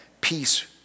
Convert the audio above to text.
peace